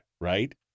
right